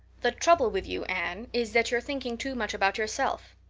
the trouble with you, anne, is that you're thinking too much about yourself.